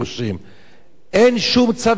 אין שום צו הריסה על אף יישוב,